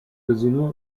casino